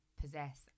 possess